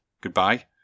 Goodbye